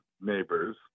neighbors